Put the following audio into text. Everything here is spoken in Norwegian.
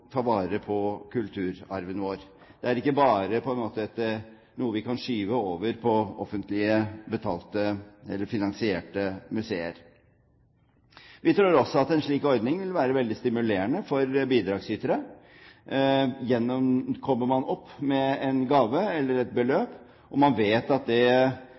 ta vare på kulturarven vår. Det er ikke bare noe vi kan skyve over på offentlig finansierte museer. Vi tror også at en slik ordning vil være veldig stimulerende for bidragsytere. Kommer man opp med en gave eller et beløp, og man vet at det